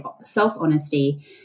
self-honesty